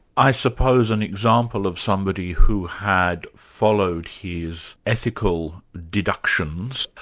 i suppose an example of somebody who had followed his ethical deductions,